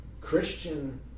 Christian